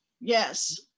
Yes